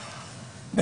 הצבא,